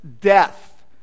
death